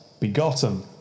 Begotten